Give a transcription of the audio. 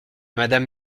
madame